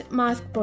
mask